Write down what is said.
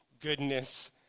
goodness